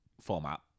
format